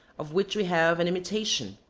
of which we have an imitation,